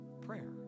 prayer